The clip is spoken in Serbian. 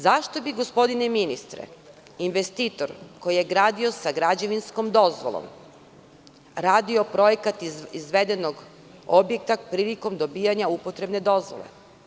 Zašto bi investitor koji je gradio sa građevinskom dozvolom radio projekat izvedenog objekta prilikom dobijanja upotrebne dozvole?